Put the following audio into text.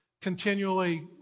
continually